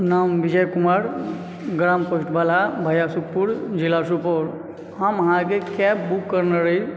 नाम विजय कुमार ग्राम पोस्ट बलहा भाया सुतपुर ज़िला सुपौल हम अहाँके कैब बुक करने रही